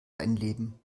einleben